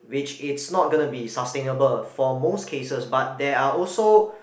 which it's not gonna be sustainable for most cases but there are also